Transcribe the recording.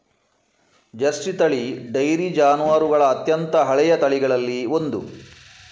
Jersey ತಳಿ dairy ಜಾನುವಾರುಗಳ ಅತ್ಯಂತ ಹಳೆಯ ತಳಿಗಳಲ್ಲಿ ಒಂದು